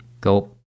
go